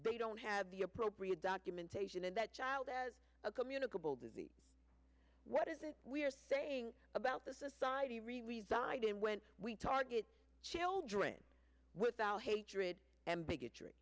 they don't have the appropriate documentation and that child as a communicable disease what is it we are saying about the society really reside in when we target children without hatred and bigotry